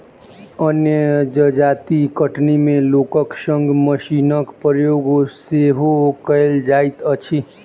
अन्य जजाति कटनी मे लोकक संग मशीनक प्रयोग सेहो कयल जाइत अछि